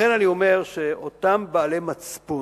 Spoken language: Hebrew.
לכן אני אומר שאותם בעלי מצפון,